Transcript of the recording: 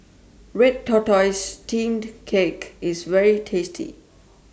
Red Tortoise Steamed Cake IS very tasty